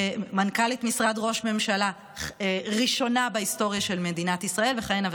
מנכ"לית משרד ראש ממשלה ראשונה בהיסטוריה של מדינת ישראל וכהנה וכהנה.